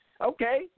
Okay